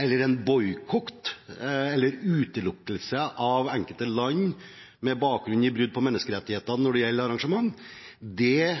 eller en boikott eller utelukkelse av enkelte land med bakgrunn i brudd på menneskerettighetene når det